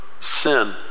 sin